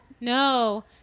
No